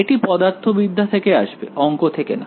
এটি পদার্থবিদ্যা থেকে আসবে অংক থেকে না